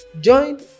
join